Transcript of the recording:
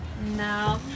no